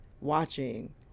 watching